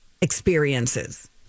experiences